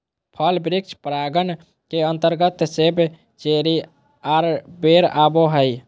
फल वृक्ष परागण के अंतर्गत सेब, चेरी आर बेर आवो हय